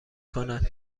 کند